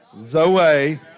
Zoe